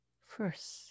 first